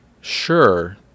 sure